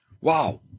Wow